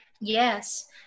Yes